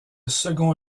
second